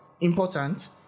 important